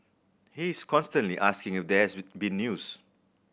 he is constantly asking if there has been news